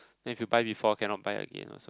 then if you buy before cannot buy again lor some